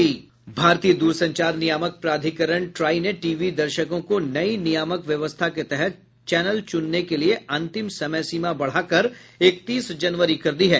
भारतीय दूरसंचार नियामक प्राधिकरण ट्राई ने टीवी दर्शकों को नई नियामक व्यवस्था के तहत चैनल चुनने के लिए अंतिम समय सीमा बढ़ाकर एकतीस जनवरी कर दी है